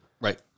Right